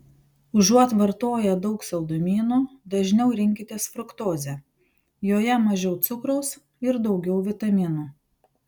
užuot vartoję daug saldumynų dažniau rinkitės fruktozę joje mažiau cukraus ir daugiau vitaminų